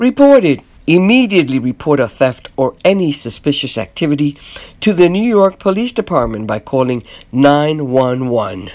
reported immediately report a theft or any suspicious activity to the new york police department by calling nine one one